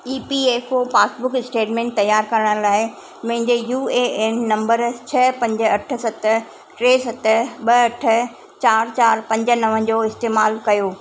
ई P F O passbook statement तयारु करण लाइ मुंहिंजे यू ए एन नंबर छह पंज अठ सत टे सत ॿ अठ चारि चारि पंज नव जो इस्तेमालु कयो